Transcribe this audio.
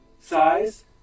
Size